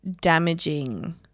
Damaging